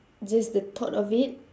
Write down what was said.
just the thought of it